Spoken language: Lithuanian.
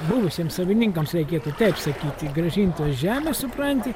buvusiems savininkams reikėtų teip sakyti grąžintos žemės supranti